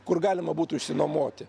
kur galima būtų išsinuomoti